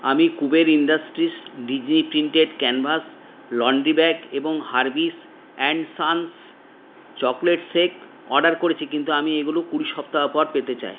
আমি Kuber industries Disney printed canvas laundry bag এবং Harvis and sons chocolate shake order করেছি কিন্তু আমি এগুলো কুড়ি সপ্তাহ পর পেতে চাই